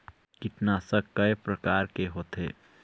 कीटनाशक कय प्रकार के होथे?